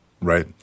Right